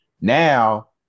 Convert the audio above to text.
now